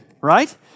right